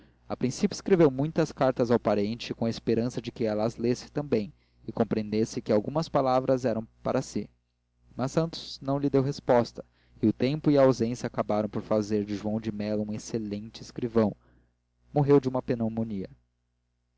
a princípio escreveu muitas cartas ao parente com a esperança de que ela as lesse também e compreendesse que algumas palavras eram para si mas santos não lhe deu resposta e o tempo e a ausência acabaram por fazer de joão de melo um excelente escrivão morreu de uma pneumonia